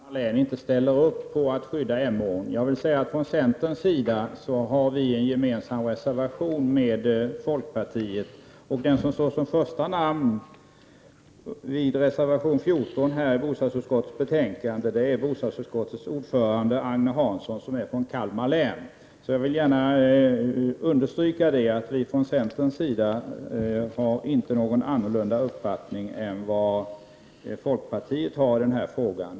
Herr talman! Jag vill lämna en kompletterande upplysning till det anförande som Ingrid Hasselström Nyvall höll. Hon sade att alla riksdagsledamöter från Kalmar län inte ställer upp bakom kravet att skydda Emån. Från centerns sida har vi en gemensam reservation med folkpartiet. Den som står som första namn vid reservation 14 i bostadsutskottets betänkande är bostadsutskottets ordförande Agne Hansson, som är från Kalmar län. Jag vill gärna understryka att vi i centern inte har någon annan uppfattning än den som folkpartiet har i denna fråga.